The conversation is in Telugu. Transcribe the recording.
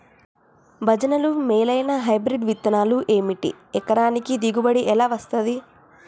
భజనలు మేలైనా హైబ్రిడ్ విత్తనాలు ఏమిటి? ఎకరానికి దిగుబడి ఎలా వస్తది?